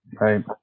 right